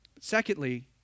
Secondly